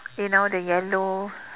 you know the yellow